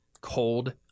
cold